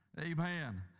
amen